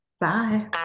Bye